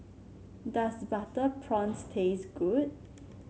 does Butter Prawns taste good